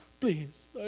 please